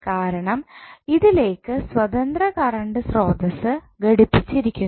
കാരണം ഇതിലേക്ക് സ്വതന്ത്ര കറണ്ട് സ്രോതസ്സ് ഘടിപ്പിച്ചിരിക്കുന്നു